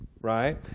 Right